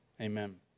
amen